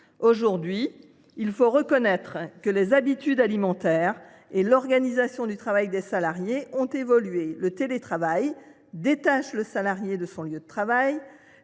Aujourd’hui, il faut reconnaître que les habitudes alimentaires et l’organisation du travail des salariés ont évolué : le télétravail détache le salarié de son lieu de travail